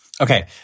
Okay